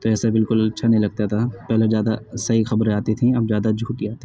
تو ایسا بالکل اچھا نہیں لگتا تھا پہلے زیادہ صحیح خبریں آتی تھیں اب زیادہ جھوٹی آتی ہیں